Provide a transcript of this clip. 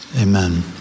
Amen